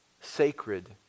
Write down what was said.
sacred